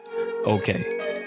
okay